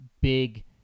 big